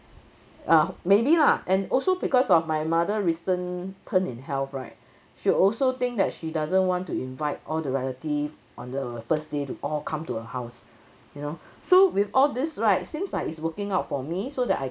uh maybe lah and also because of my mother recent turn in health right she also think that she doesn't want to invite all the relative on the first day to all come to her house you know so with all this right seems like it's working out for me so that I